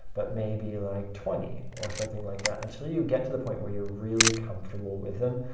but maybe like twenty or something like that, until you get to the point where you're really comfortable with them.